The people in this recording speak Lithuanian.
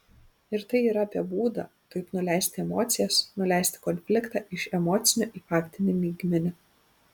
ir tai yra apie būdą kaip nuleisti emocijas nuleisti konfliktą iš emocinio į faktinį lygmenį